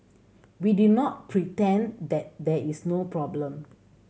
we did not pretend that there is no problem